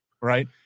right